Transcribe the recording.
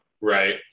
Right